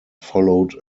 followed